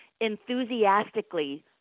Enthusiastically